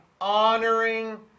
honoring